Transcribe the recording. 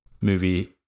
movie